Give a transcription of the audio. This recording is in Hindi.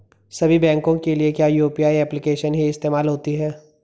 सभी बैंकों के लिए क्या यू.पी.आई एप्लिकेशन ही इस्तेमाल होती है?